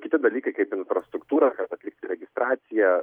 kiti dalykai kaip infrastruktūra atlikti registraciją